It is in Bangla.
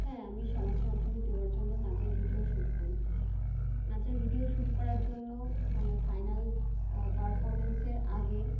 হ্যাঁ আমি সমাজ মাধ্যমে দেওয়ার জন্য নাচের ভিডিও শুট করি নাচের ভিডিও শুট করার জন্য মানে ফাইনাল পারফর্মেন্সের আগে